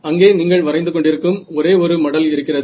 அங்கே நீங்கள் வரைந்து கொண்டிருக்கும் ஒரே ஒரு மடல் இருக்கிறது